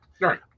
Right